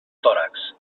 tòrax